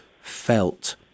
felt